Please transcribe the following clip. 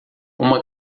uma